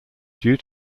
due